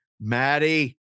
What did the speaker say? Maddie